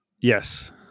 Yes